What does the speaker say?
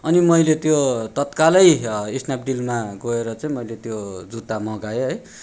अनि मैले त्यो तत्काल स्न्यापडिलमा गएर चाहिँ मैले त्यो जुत्ता मगाए है